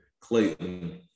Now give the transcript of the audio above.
Clayton